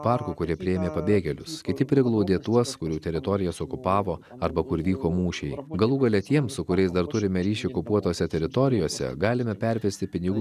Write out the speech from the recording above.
parkų kurie priėmė pabėgėlius kiti priglaudė tuos kurių teritorijas okupavo arba kur vyko mūšiai galų gale tiems su kuriais dar turime ryšį okupuotose teritorijose galime pervesti pinigų